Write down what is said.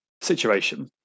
situation